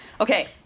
Okay